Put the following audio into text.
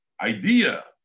idea